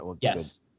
Yes